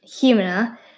Humana